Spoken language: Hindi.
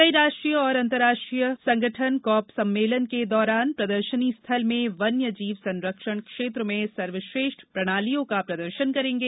कई राष्ट्रीय और अंतरराष्ट्रीय संगठन कॉप सम्मेलन के दौरान प्रदर्शनी स्थल में वन्य जीव संरक्षण क्षेत्र में सर्वश्रेष्ठ प्रणालियों का प्रदर्शन करेंगे